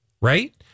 right